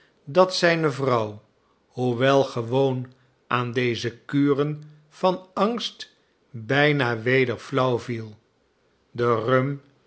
dat zijne vrouw hoewel gewoon aan deze kuren van angst bijna weder flauw viel de rum